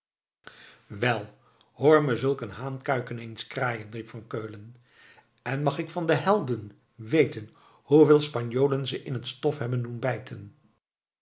wel hoor me zulk een haan kuiken eens kraaien riep van keulen en mag ik van de helden weten hoeveel spanjolen ze in het stof hebben